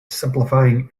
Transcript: simplifying